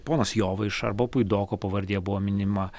ponas jovaiša arba puidoko pavardė buvo minima